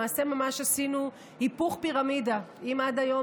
למעשה ממש עשינו היפוך פירמידה: אם עד היום